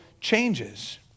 changes